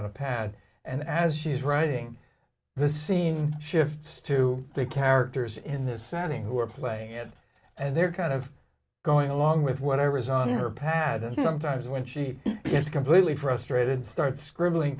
on a pad and as she's writing the scene shifts to the characters in this setting who are playing it and they're kind of going along with whatever's on her pattern sometimes when she gets completely frustrated starts scribbling